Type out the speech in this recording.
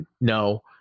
no